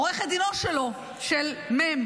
עורכת דינו שלו, של מ',